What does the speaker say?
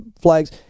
flags